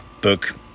book